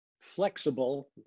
flexible